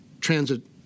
transit